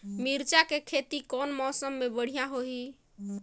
मिरचा के खेती कौन मौसम मे बढ़िया होही?